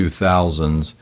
2000s